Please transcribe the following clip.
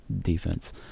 defense